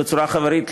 בצורה חברית,